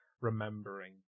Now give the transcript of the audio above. remembering